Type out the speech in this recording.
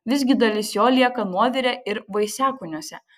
visgi dalis jo lieka nuovire ir vaisiakūniuose